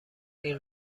این